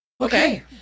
Okay